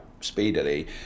speedily